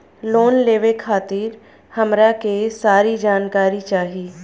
Loan लेवे खातीर हमरा के सारी जानकारी चाही?